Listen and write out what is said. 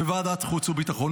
בוועדת חוץ וביטחון.